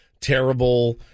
terrible